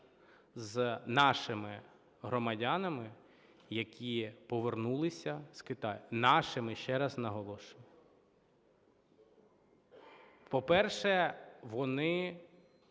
з нашими громадянами, які повернулися з Китаю, нашими, ще раз наголошую. По-перше, вони